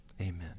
Amen